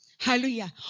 Hallelujah